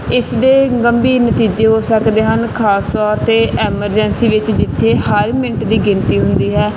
ਇਸਦੇ ਗੰਭੀਰ ਨਤੀਜੇ ਹੋ ਸਕਦੇ ਹਨ ਖਾਸ ਤੌਰ 'ਤੇ ਐਮਰਜੈਂਸੀ ਵਿੱਚ ਜਿੱਥੇ ਹਰ ਮਿੰਟ ਦੀ ਗਿਣਤੀ ਹੁੰਦੀ ਹੈ